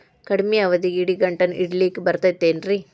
ಕಡಮಿ ಅವಧಿಗೆ ಇಡಿಗಂಟನ್ನು ಇಡಲಿಕ್ಕೆ ಬರತೈತೇನ್ರೇ?